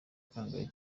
kangahe